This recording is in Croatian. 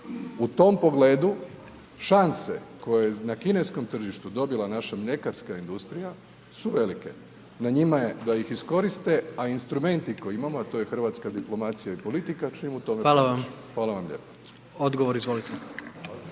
U tom pogledu šanse koje na kineskom tržištu dobila naša mljekarska industrija su velike, na njima je da ih iskoriste, a instrumenti koje imamo, a to je hrvatska diplomacija i politika će im u tome pomoći. Hvala vam lijepa. **Jandroković,